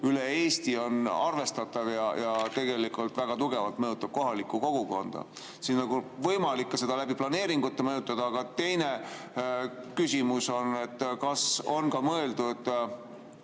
üle Eesti on arvestatav ja tegelikult väga tugevalt mõjutab kohalikku kogukonda. Siin oleks võimalik seda ka planeeringute abil mõjutada. Aga teine küsimus on see, et kas on mõeldud